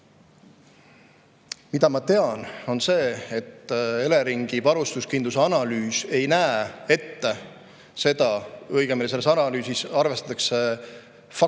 Mida ma tean, on see, et Eleringi varustuskindluse analüüs ei näe ette seda – õigemini, selles analüüsis arvestatakse fakte, mis